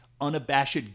unabashed